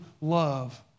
love